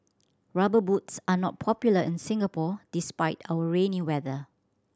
Rubber Boots are not popular in Singapore despite our rainy weather